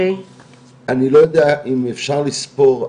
אני לא יודע אם אפשר לספור,